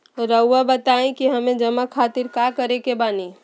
रहुआ बताइं कि हमें जमा खातिर का करे के बानी?